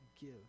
give